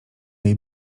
jej